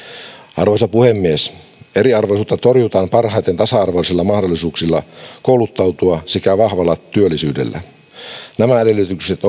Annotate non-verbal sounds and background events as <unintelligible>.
arvoisa puhemies eriarvoisuutta torjutaan parhaiten tasa arvoisilla mahdollisuuksilla kouluttautua sekä vahvalla työllisyydellä nämä edellytykset <unintelligible>